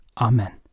Amen